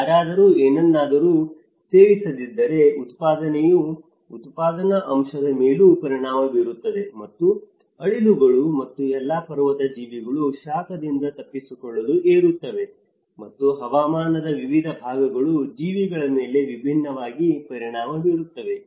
ಯಾರಾದರೂ ಏನನ್ನಾದರೂ ಸೇವಿಸದಿದ್ದರೆ ಉತ್ಪಾದನೆಯು ಉತ್ಪಾದನಾ ಅಂಶದ ಮೇಲೂ ಪರಿಣಾಮ ಬೀರುತ್ತದೆ ಮತ್ತು ಅಳಿಲುಗಳು ಮತ್ತು ಎಲ್ಲಾ ಪರ್ವತ ಜೀವಿಗಳು ಶಾಖದಿಂದ ತಪ್ಪಿಸಿಕೊಳ್ಳಲು ಏರುತ್ತವೆ ಮತ್ತು ಹವಾಮಾನದ ವಿವಿಧ ಭಾಗಗಳು ಜೀವಿಗಳ ಮೇಲೆ ವಿಭಿನ್ನವಾಗಿ ಪರಿಣಾಮ ಬೀರುತ್ತವೆ